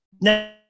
now